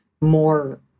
more